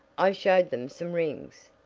i showed them some rings!